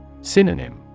Synonym